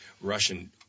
Russian